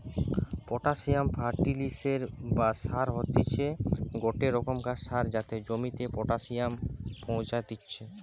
potassium ফার্টিলিসের বা সার হতিছে গটে রোকমকার সার যাতে জমিতে পটাসিয়াম পৌঁছাত্তিছে